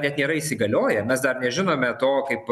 net nėra įsigalioję mes dar nežinome to kaip